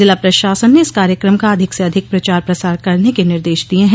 जिला प्रशासन ने इस कार्यक्रम का अधिक से अधिक प्रचार प्रसार करने के निर्देश दिए हैं